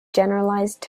generalized